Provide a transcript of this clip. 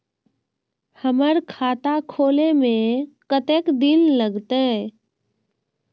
हमर खाता खोले में कतेक दिन लगते?